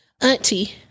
auntie